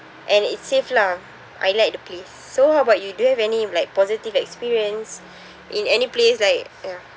and it's safe lah I like the place so how about you do you have any like positive experience in any place like ya